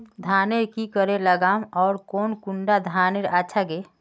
धानेर की करे लगाम ओर कौन कुंडा धानेर अच्छा गे?